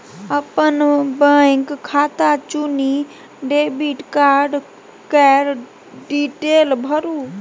अपन बैंक खाता चुनि डेबिट कार्ड केर डिटेल भरु